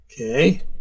Okay